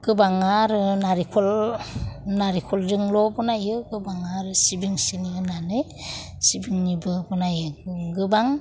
गोबाङा आरो नारेंखल नारेंखलजोंल' बानायो गोबाङा आरो सिबिं सिनि होनानै सिबिंनिबो बानायो गोबां